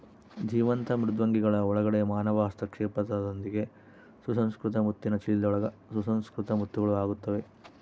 ಜೀವಂತ ಮೃದ್ವಂಗಿಗಳ ಒಳಗಡೆ ಮಾನವ ಹಸ್ತಕ್ಷೇಪದೊಂದಿಗೆ ಸುಸಂಸ್ಕೃತ ಮುತ್ತಿನ ಚೀಲದೊಳಗೆ ಸುಸಂಸ್ಕೃತ ಮುತ್ತುಗಳು ಆಗುತ್ತವೆ